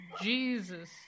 Jesus